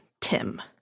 Tim